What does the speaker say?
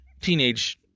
teenage